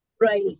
Right